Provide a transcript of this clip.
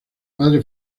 madre